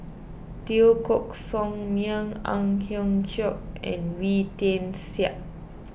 Teo Koh Sock Miang Ang Hiong Chiok and Wee Tian Siak